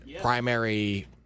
primary